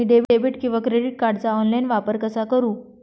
मी debit किंवा credit कार्डचा online वापर कसा करु?